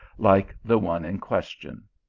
like the one in question.